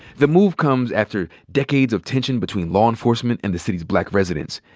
the move comes after decades of tension between law enforcement and the city's black residents,